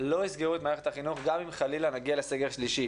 לא יסגרו את מערכת החינוך גם אם חלילה נגיע לסגר שלישי.